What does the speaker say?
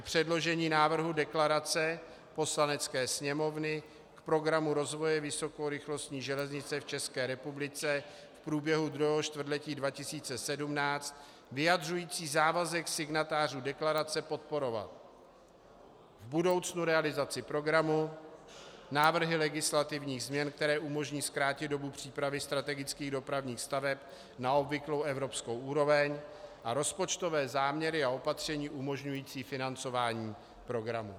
předložení návrhu deklarace Poslanecké sněmovny k Programu rozvoje vysokorychlostní železnice v ČR v průběhu druhého čtvrtletí 2017 vyjadřující závazek signatářů deklarace podporovat v budoucnu realizaci programu, návrhy legislativních změn, které umožní zkrátit dobu přípravy strategických dopravních staveb na obvyklou evropskou úroveň, a rozpočtové záměry a opatření umožňující financování programu.